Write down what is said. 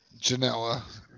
Janela